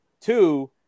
Two